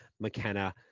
McKenna